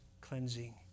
cleansing